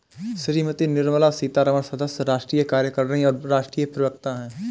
श्रीमती निर्मला सीतारमण सदस्य, राष्ट्रीय कार्यकारिणी और राष्ट्रीय प्रवक्ता हैं